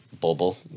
bubble